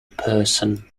person